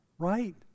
Right